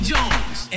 Jones